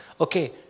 Okay